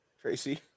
Tracy